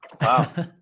Wow